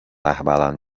رهبران